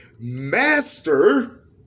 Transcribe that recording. Master